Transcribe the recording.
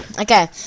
Okay